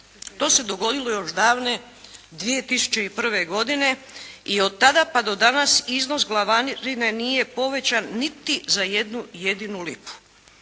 To se dogodilo još davne 2001. godine i od tada pa do danas iznos glavarine nije povećan niti za jednu jedinu lipu.